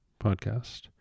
podcast